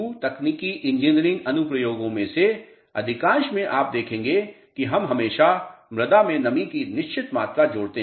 भू तकनीकी इंजीनियरिंग अनुप्रयोगों में से अधिकांश में आप देखेंगे कि हम हमेशा मृदा में नमी की निश्चित मात्रा जोड़ते हैं